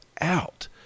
out